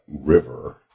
river